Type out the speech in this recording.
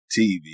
TV